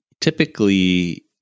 typically